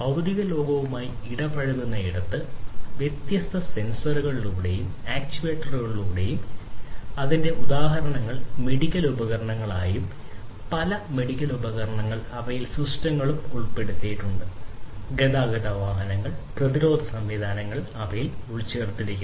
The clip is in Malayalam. ഭൌതിക ലോകവുമായി ഇടപഴകുന്നിടത്ത് വ്യത്യസ്ത സെൻസറുകളിലൂടെയും ആക്യുവേറ്ററുകളിലൂടെയും ഉപകരണങ്ങളായിരിക്കും പല മെഡിക്കൽ ഉപകരണങ്ങളും അവയിൽ സിസ്റ്റങ്ങൾ ഉൾപ്പെടുത്തിയിട്ടുണ്ട് ഗതാഗത വാഹനങ്ങൾ പ്രതിരോധ സംവിധാനങ്ങൾ അവയിൽ ഉൾച്ചേർത്തിരിക്കുന്നു